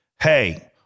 hey –